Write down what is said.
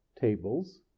tables